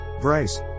Bryce